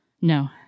No